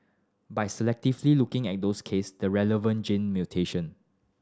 by selectively looking at those case the relevant gene mutation